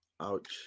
Ouch